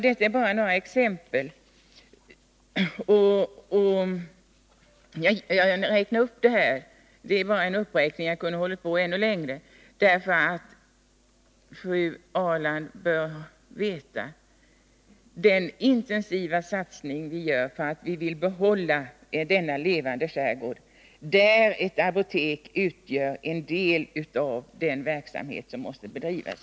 Detta är bara några exempel — jag kunde ha hållit på ännu längre — för att Karin Ahrland skall veta vilken intensiv satsning vi gör för att få behålla denna levande skärgård, där ett apotek utgör en del av den verksamhet som måste bedrivas.